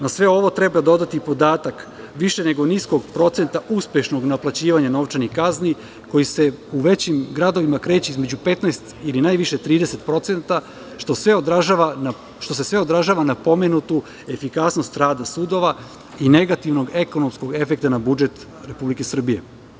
Na sve ovo treba dodati podatak više nego niskog procenta uspešnog naplaćivanja novčanih kazni koji se u većim gradovima kreće između 15% ili najviše 30%, što se sve odražava na pomenutu efikasnost rada sudova i negativnog ekonomskog efekta na budžet Republike Srbije.